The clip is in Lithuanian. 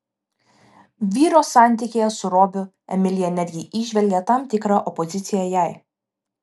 vyro santykyje su robiu emilija netgi įžvelgė tam tikrą opoziciją jai